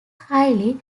highly